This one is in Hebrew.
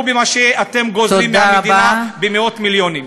במה שאתם גוזלים מהמדינה במאות מיליונים.